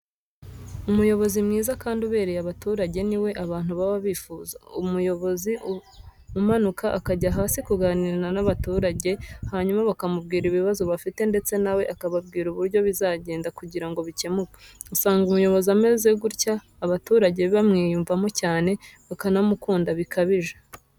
Umuyobozi mwiza kandi ubereye abaturage ni we abantu baba bifuza. Umuyobozi umanuka akajya hasi kuganira n'abaturage hanyuma bakamubwira ibibazo bafite ndetse na we akababwira uburo bizagenda kugira ngo bikemuke, usanga umuyobozi umeze gutyo abaturage bamwiyumvamo cyane, bakanamukunda bikabije.